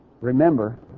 Remember